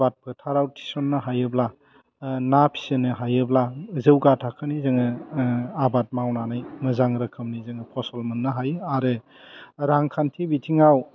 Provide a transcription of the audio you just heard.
आबाद फोथाराव थिसन्नो हायोब्ला ना फिसिनो हायोब्ला जौगा थाखोनि जोङो आबाद मावनानै मोजां रोखोमनि जोङो फसल मोन्नो हायो आरो रांखान्थि बिथिङाव